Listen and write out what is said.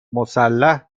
مسلح